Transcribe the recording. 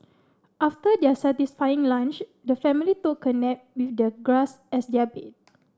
after their satisfying lunch the family took a nap with the grass as their bed